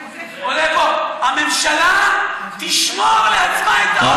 הממשלה תשמור לעצמה את,